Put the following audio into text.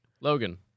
Logan